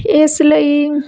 ਇਸ ਲਈ